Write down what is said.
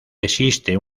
existe